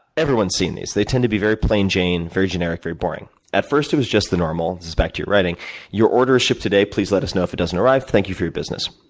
everyone's seen these. they tend to be very plain jane, very generic, very boring. at first, it was just the normal this is back to your writing your order shipped today, please let us know if it doesn't arrive, thank you for your business.